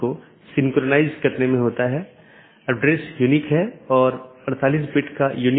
BGP किसी भी transport layer का उपयोग नहीं करता है ताकि यह निर्धारित किया जा सके कि सहकर्मी उपलब्ध नहीं हैं या नहीं